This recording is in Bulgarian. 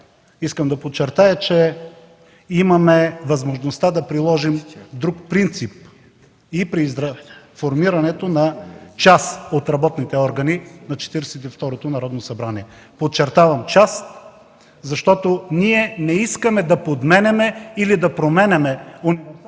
искам да подчертая, че имаме възможността да приложим друг принцип и при формирането на част от работните органи на Четиридесет и второто Народно събрание. Подчертавам, част, защото не искаме да подменяме или да променяме